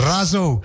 Razo